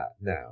now